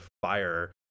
fire